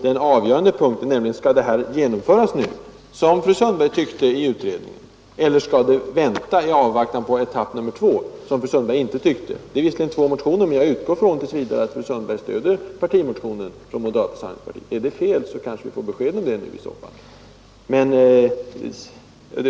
Den avgörande punkten är ju om reformen skall genomföras nu — som fru "Sundberg tyckte i utredningen — eller om den skall vänta i avvaktan på Det är visserligen två olika motioner, men jag utgår ifrån att fru Sundberg stöder partimotionen. Är det fel, så kanske vi får besked om det nu?